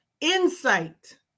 insight